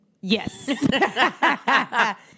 Yes